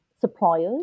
suppliers